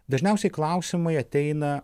dažniausiai klausimai ateina